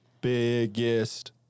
Biggest